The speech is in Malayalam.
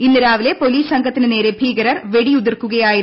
ഇന്ന് രാവിലെ പോലീസ് സംഘത്തിന് നേരെ ഭീകരർ വെടിയുതിർക്കുകയായിരുന്നു